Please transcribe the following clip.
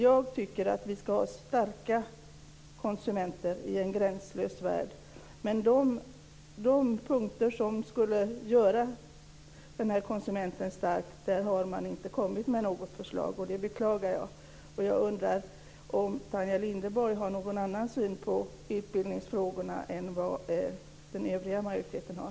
Jag tycker att vi ska ha starka konsumenter i en gränslös värld, men man har inte kommit med något förslag som skulle göra den här konsumenten stark, och det beklagar jag. Jag undrar om Tanja Linderborg har någon annan syn på utbildningsfrågorna än vad övriga i majoriteten har.